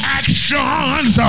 actions